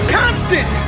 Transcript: constant